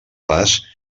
pas